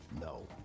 No